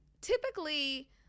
typically